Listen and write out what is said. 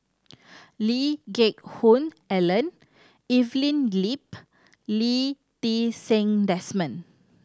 Lee Geck Hoon Ellen Evelyn Lip Lee Ti Seng Desmond